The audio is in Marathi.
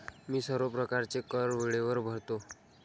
मी सर्व प्रकारचे कर वेळेवर भरतो